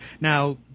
Now